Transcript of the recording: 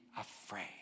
afraid